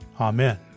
Amen